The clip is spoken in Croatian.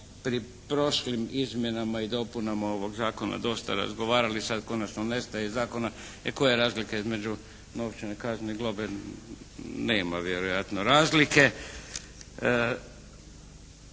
pri prošlim izmjenama i dopunama ovog zakona dosta razgovarali. Sad konačno nestaje iz zakona i koja je razlika između novčane kazne i globe. Nema vjerojatno razlike.